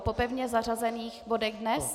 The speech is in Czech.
Po pevně zařazených bodech dnes?